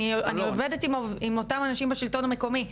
אני עובדת עם אותם אנשים בשלטון המקומי,